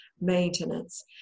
maintenance